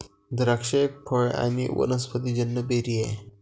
द्राक्ष एक फळ आणी वनस्पतिजन्य बेरी आहे